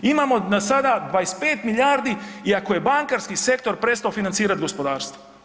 Imamo na sada 25 milijardi iako je bankarski sektor prestao financirat gospodarstvo.